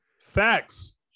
facts